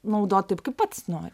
naudoti taip kaip pats nori